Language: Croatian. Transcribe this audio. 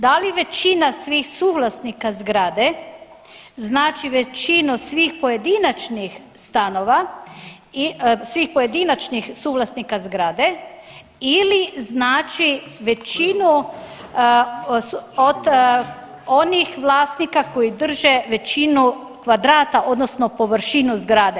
Da li većina svih suvlasnika zgrade znači većinu svih pojedinačnih stanova i svih pojedinačnih suvlasnika zgrade ili znači većinu od onih vlasnika koji drže većinu kvadrata odnosno površinu zgrade?